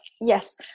yes